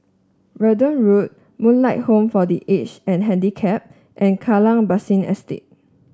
Verdun Road Moonlight Home for The Aged and Handicapped and Kallang Basin Estate